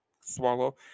swallow